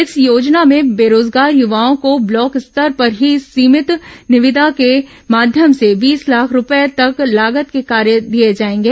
इस योजना में बेरोजगार युवाओं को ब्लॉक स्तर पर ही सीमित निविदा के माध्यम से बीस लाख रूपये तक लागत के कार्य दिए जाएंगे